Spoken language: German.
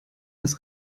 das